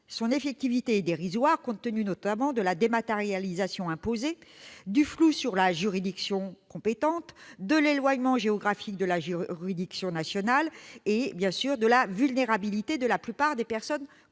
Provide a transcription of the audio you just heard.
son effectivité sera dérisoire compte tenu notamment de la dématérialisation imposée, du flou sur la juridiction compétente, de l'éloignement géographique de la juridiction nationale et, bien sûr, de la vulnérabilité de la plupart des personnes concernées.